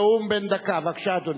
נאום בן דקה, בבקשה, אדוני.